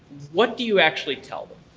what do you actually tell them?